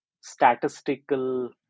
statistical